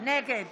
נגד